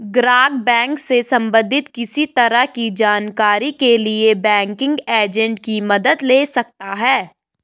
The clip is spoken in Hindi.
ग्राहक बैंक से सबंधित किसी तरह की जानकारी के लिए बैंकिंग एजेंट की मदद ले सकता है